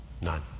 None